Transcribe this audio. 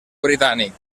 britànic